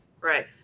Right